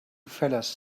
fellas